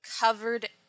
covered